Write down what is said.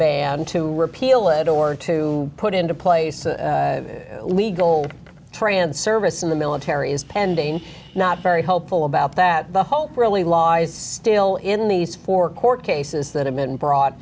ban to repeal it or to put into place a legal trans service in the military is pending not very hopeful about that the hopefully law is still in these four court cases that have been brought